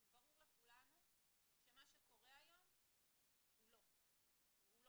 כי ברור לכולנו שמה שקורה היום הוא לא קורה.